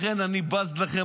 לכן אני בז לכם,